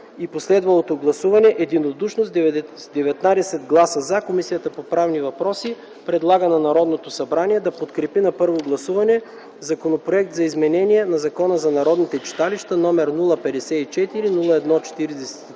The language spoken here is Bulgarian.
и последвалото гласуване, единодушно с 19 гласа „за” Комисията по правни въпроси предлага на Народното събрание да подкрепи на първо гласуване Законопроект за изменение на Закона за народните читалища, № 054-01-43,